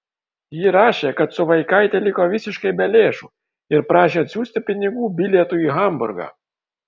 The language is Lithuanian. ji rašė kad su vaikaite liko visiškai be lėšų ir prašė atsiųsti pinigų bilietui į hamburgą